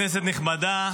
כנסת נכבדה,